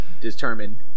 determined